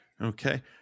Okay